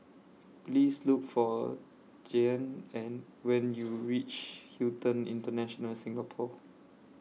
Please Look For Jeanne and when YOU REACH Hilton International Singapore